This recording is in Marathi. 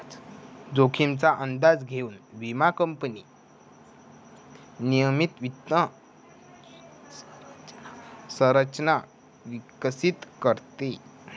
जोखमीचा अंदाज घेऊन विमा कंपनी नियमित वित्त संरचना विकसित करते